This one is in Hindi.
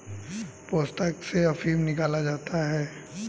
पोस्ता से अफीम निकाला जाता है